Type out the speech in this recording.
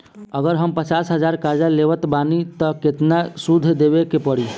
अगर हम पचास हज़ार कर्जा लेवत बानी त केतना सूद देवे के पड़ी?